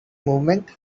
movement